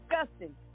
disgusting